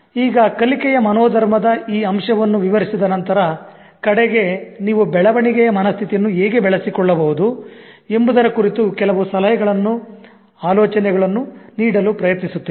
ಈಗ ಕಲಿಕೆಯ ಮನೋಧರ್ಮದ ಈ ಅಂಶವನ್ನು ವಿವರಿಸಿದ ನಂತರ ಕಡೆಗೆ ನೀವು ಬೆಳವಣಿಗೆಯ ಮನಸ್ಥಿತಿಯನ್ನು ಹೇಗೆ ಬೆಳೆಸಿಕೊಳ್ಳಬಹುದು ಎಂಬುದರ ಕುರಿತು ಕೆಲವು ಸಲಹೆಗಳನ್ನು ಆಲೋಚನೆಗಳನ್ನು ನೀಡಲು ಪ್ರಯತ್ನಿಸುತ್ತೇನೆ